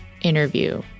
interview